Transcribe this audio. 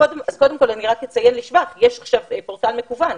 אני אציין לשבח את זה שיש עכשיו פורטל מקוון.